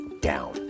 down